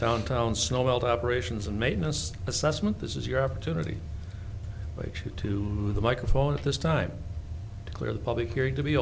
downtown snow melt operations and maintenance assessment this is your opportunity to the microphone at this time to clear the public